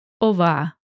ova